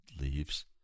leaves